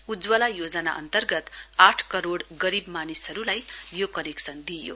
उज्जवला योजना अन्तर्गत आठ करोड़ गरीब मानिसहरूलाई यो कनेक्शन दिइयो